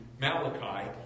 Malachi